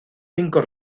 cinco